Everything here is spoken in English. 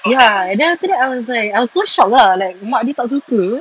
ya and then after that I was like I was so shocked lah like mak dia tak suka